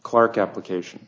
clark application